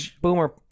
Boomer